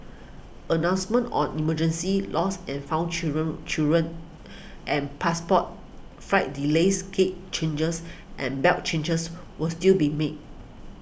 announcements on emergencies lost and found children children and passports flight delays gate changes and belt changes will still be made